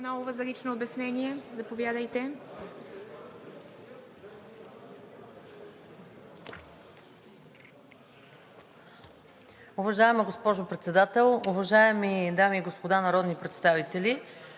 – за лично обяснение. Заповядайте.